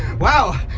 wow,